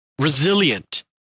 resilient